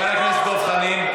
חבר הכנסת דב חנין.